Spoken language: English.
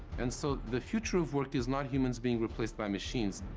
and so the future of work is not humans being replaced by machines.